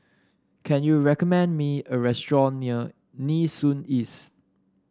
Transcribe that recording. can you recommend me a restaurant near Nee Soon East